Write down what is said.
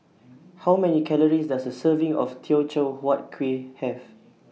How Many Calories Does A Serving of Teochew Huat Kueh Have